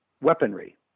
weaponry